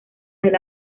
del